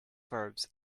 verbs